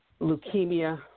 Leukemia